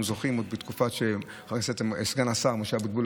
אנחנו זוכרים עוד בתקופת חבר הכנסת סגן השר משה אבוטבול,